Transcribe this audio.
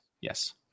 yes